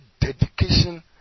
dedication